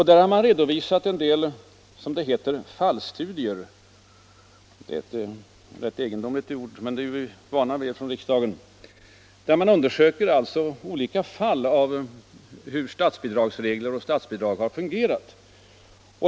Däri har man redovisat en del ”fallstudier” — det är en rätt egendomligt ord, men sådana är vi ju vana vid i riksdagen — där man undersöker olika fall av hur statsbidragsregler och statsbidrag har fungerat.